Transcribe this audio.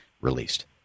released